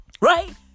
Right